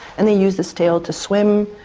and they use this tail to swim,